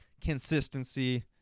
consistency